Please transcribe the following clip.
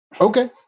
Okay